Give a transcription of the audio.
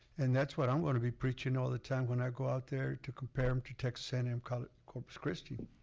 and that's what i'm gonna be preaching all the time when i go out there to compare em to texas a and m kind of corpus cristi.